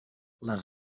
les